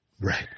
Right